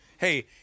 Hey